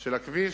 של הכביש.